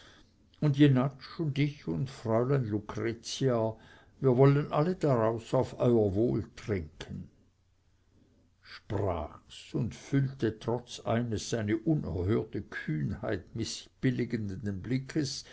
und jenatsch und ich und fräulein lucretia wir wollen alle daraus auf euer wohl trinken sprach's und füllte trotz eines seine unerhörte kühnheit mißbilligenden blickes